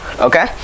okay